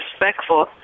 respectful